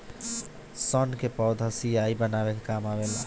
सन के पौधा स्याही बनावे के काम आवेला